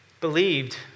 believed